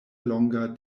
longa